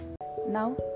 Now